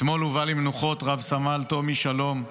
אתמול הובא למנוחות רב-סמל תום איש שלום,